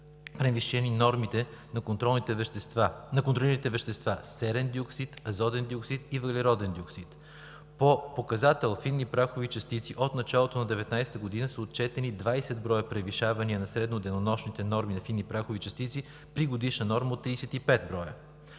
превишени нормите на контролираните вещества – серен диоксид, азотен диоксид и въглероден оксид. По показател „фини прахови частици“ от началото на 2019 г. са отчетени 20 броя превишения на средно-денонощните норми за фини прахови частици при годишна норма от 35 броя.